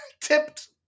tipped